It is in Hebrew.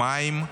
מים,